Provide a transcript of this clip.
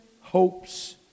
hopes